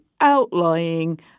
outlying